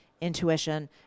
intuition